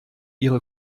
ihre